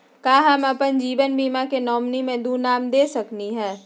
का हम अप्पन जीवन बीमा के नॉमिनी में दो नाम दे सकली हई?